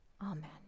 Amen